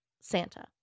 Santa